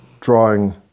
drawing